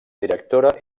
directora